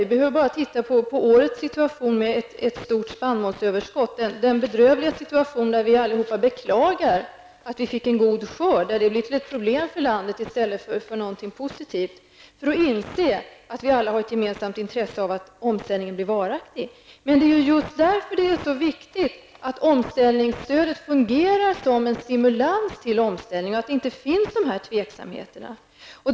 Vi behöver bara titta på årets situation med ett stort spannmålsöverskott -- den bedrövliga situation där vi alla beklagar att vi fick en god skörd, och som har lett till ett problem för landet i stället för något positivt -- för att inse att vi alla har ett gemensamt intresse av att omställningen blir varaktig. Men det är ju just därför som det är så viktigt att omställningsstödet fungerar som en stimulans till omställning och att den här osäkerheten inte finns.